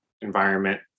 environment